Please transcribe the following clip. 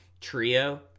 trio